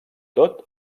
tot